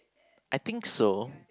I think so